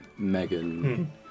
Megan